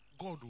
God